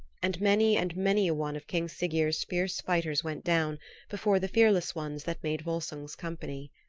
and many and many a one of king siggeir's fierce fighters went down before the fearless ones that made volsung's company.